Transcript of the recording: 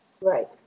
right